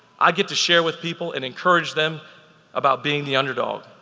i get to share with people and encourage them about being the underdog.